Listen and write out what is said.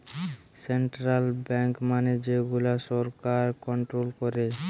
central bank মানে যে গুলা সরকার কন্ট্রোল করে